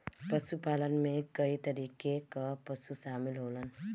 पशुपालन में कई तरीके कअ पशु शामिल होलन